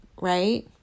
right